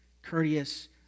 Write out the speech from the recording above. courteous